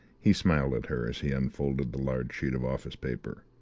he smiled at her as he unfolded the large sheet of office paper.